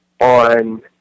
on